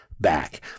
back